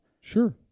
Sure